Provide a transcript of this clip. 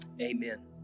Amen